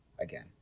again